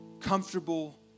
Comfortable